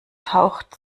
taucht